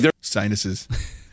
Sinuses